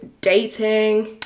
dating